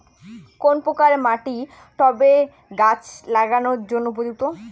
কোন প্রকার মাটি টবে গাছ লাগানোর জন্য উপযুক্ত?